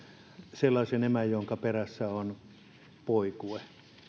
sellaisen emän jonka perässä on poikue